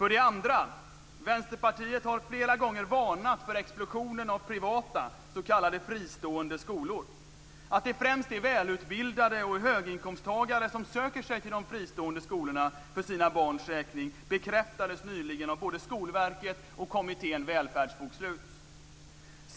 För det andra: Vänsterpartiet har flera gånger varnat för explosionen av privata, s.k. fristående skolor. Att det främst är välutbildade och höginkomsttagare som söker sig till de fristående skolorna för sina barns räkning bekräftades nyligen av både Skolverket och kommittén Välfärdsbokslut.